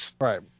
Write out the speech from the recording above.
Right